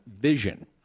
vision